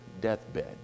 deathbed